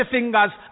Fingers